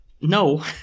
No